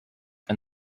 and